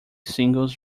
singles